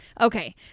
Okay